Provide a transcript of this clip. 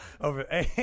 over